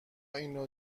اینو